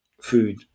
food